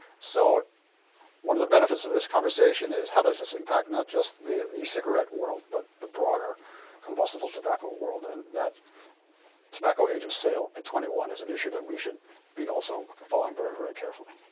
so one of the benefits of this conversation is, how does this impact not just the e-cigarette world, but the broader combustible tobacco world? and that tobacco age of sale at twenty one is an issue that we should be also following very, very carefully.